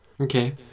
Okay